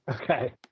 Okay